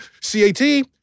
C-A-T